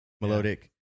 melodic